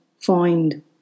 find